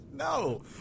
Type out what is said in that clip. No